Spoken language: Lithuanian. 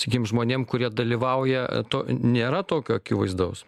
sakykim žmonėm kurie dalyvauja to nėra tokio akivaizdaus